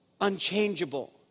unchangeable